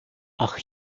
ach